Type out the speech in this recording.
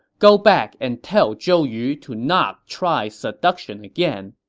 go back and tell zhou yu to not try seduction again.